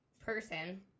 person